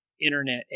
internet